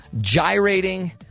gyrating